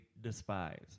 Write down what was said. despise